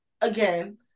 again